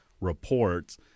reports